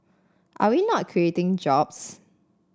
are we not creating jobs